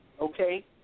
okay